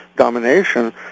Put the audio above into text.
domination